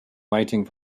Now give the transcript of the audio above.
waiting